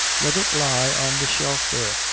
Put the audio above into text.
let it lie on the shelf there.